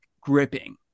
gripping